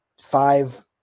five